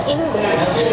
English